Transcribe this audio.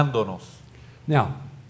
Now